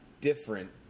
different